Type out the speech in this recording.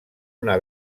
una